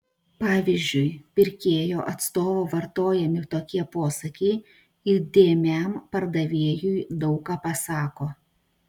pavyzdžiui pirkėjo atstovo vartojami tokie posakiai įdėmiam pardavėjui daug ką pasako